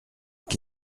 qui